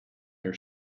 your